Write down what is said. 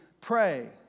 pray